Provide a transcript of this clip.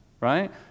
right